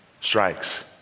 strikes